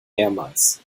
mehrmals